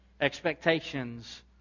Expectations